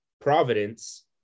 Providence